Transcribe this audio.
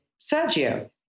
Sergio